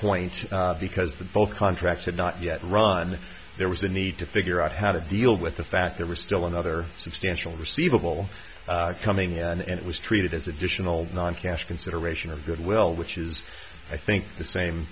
point because the both contracts had not yet run there was a need to figure out how to deal with the fact there was still another substantial receivable coming here and it was treated as additional non cash consideration of goodwill which is i think the same